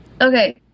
Okay